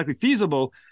feasible